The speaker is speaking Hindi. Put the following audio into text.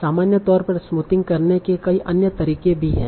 सामान्य तौर पर स्मूथिंग करने के कई अन्य तरीके भी हैं